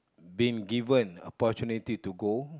been given opportunity to go